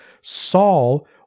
Saul